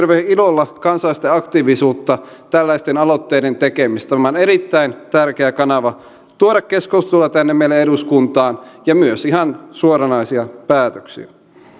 ilolla kansalaisten aktiivisuutta tällaisten aloitteiden tekemisessä tämä on erittäin tärkeä kanava tuoda keskustelua tänne meille eduskuntaan ja myös ihan suoranaisia päätöksiä